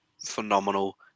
phenomenal